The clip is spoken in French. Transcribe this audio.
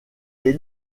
est